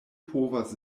povas